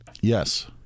Yes